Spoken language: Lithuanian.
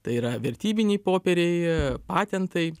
tai yra vertybiniai popieriai patentai